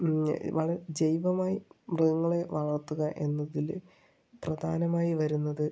വളരെ ജൈവമായി മൃഗങ്ങളെ വളർത്തുക എന്നതിൽ പ്രധാനമായി വരുന്നത്